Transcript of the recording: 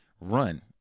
run